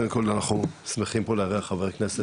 קודם כל אנחנו שמחים פה לארח חבר כנסת